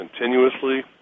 continuously